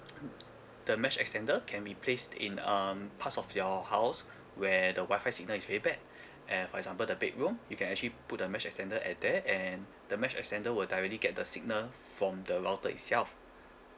the mesh extender can be placed in um parts of your house where the wi-fi signal is very bad and for example the bedroom you can actually put a mesh extender at there and the mesh extender will directly get the signal from the router itself